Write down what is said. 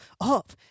up